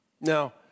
Now